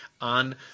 on